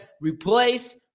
replace